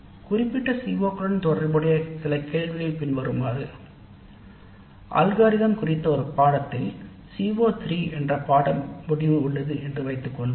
குறிப்பிட்ட CO களுடன் தொடர்புடைய சில கேள்விகள் பின்வருமாறு அல்காரிதம் குறித்த ஒரு பாடத்திட்டத்தில் C03 என்ற பாடநெறி முடிவில் உள்ளது என்று வைத்துக்கொள்வோம்